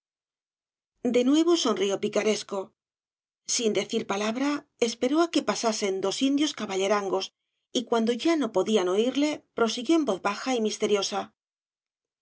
de nuevo sonrió picaresco sin decir palabra esperó á que pasasen dos indios caballes obras de válle inclan tfg rangos y cuando ya no podían oirle prosiguió en voz baja y misteriosa